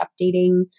updating